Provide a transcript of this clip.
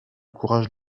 courage